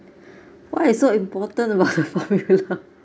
what is so important about